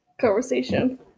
conversation